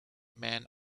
men